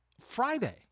Friday